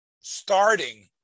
starting